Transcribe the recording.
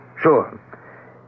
Sure